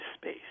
space